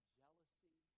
jealousy